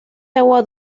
agua